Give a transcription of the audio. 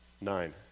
nine